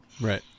Right